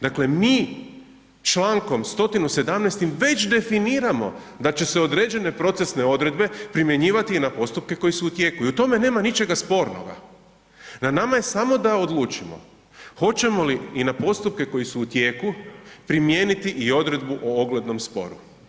Dakle mi člankom 117. već definiramo da će se određene procesne odredbe primjenjivati i na postupke koji su u tijeku i u tome nema ničega spornoga, na nama je samo odlučimo hoćemo li i na postupke koji su u tijeku primijeniti i odredbu u oglednom sporu.